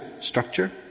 structure